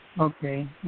Okay